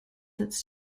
its